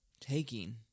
taking